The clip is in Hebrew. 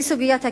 מסוגיית הכיבוש,